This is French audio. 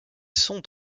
sont